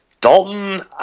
Dalton